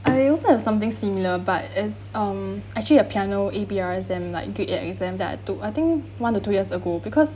I also have something similar but is um actually a piano A_B_R_S_M like grade eight exam that I took I think one to two years ago because